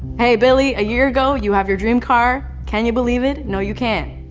hey billy, a year ago you have your dream car. can you believe it? no, you can't.